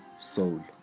soul